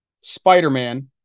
Spider-Man